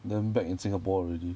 then back in singapore already